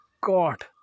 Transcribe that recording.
god